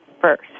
first